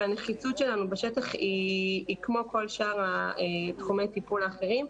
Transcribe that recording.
והנחיצות שלנו בשטח היא כמו כל שאר תחומי הטיפול האחרים.